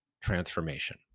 transformation